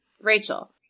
Rachel